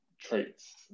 traits